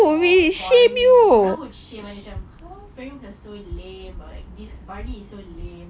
or barney kau orang would shame !huh! barney is so lame